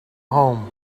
home